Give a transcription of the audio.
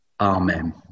Amen